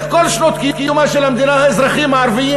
כל שנות קיומה של המדינה האזרחים הערבים,